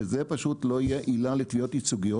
שזה פשוט לא יהיה עילה לתביעות ייצוגיות.